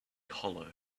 hollow